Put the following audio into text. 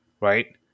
right